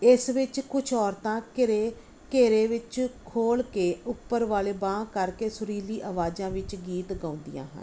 ਇਸ ਵਿੱਚ ਕੁਛ ਔਰਤਾਂ ਘੇਰੇ ਘੇਰੇ ਵਿੱਚ ਖੋਲ੍ਹ ਕੇ ਉੱਪਰ ਵੱਲ ਬਾਂਹ ਕਰਕੇ ਸੁਰੀਲੀ ਆਵਾਜ਼ਾਂ ਵਿੱਚ ਗੀਤ ਗਾਉਂਦੀਆਂ ਹਨ